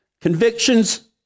Convictions